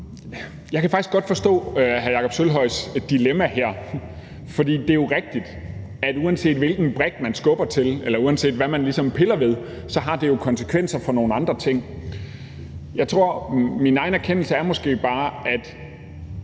jeg kan faktisk godt forstå hr. Jakob Sølvhøjs dilemma her, for det er jo rigtigt, at uanset hvilken brik man skubber til, eller uanset hvad man ligesom piller ved, har det konsekvenser for nogle andre ting. Min egen erkendelse er måske bare, at